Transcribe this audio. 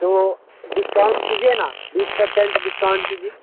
تو ڈسکاؤنٹ کیجیے نا بیس پر سنٹ ڈسکاؤنٹ کیجیے